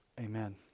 Amen